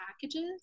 packages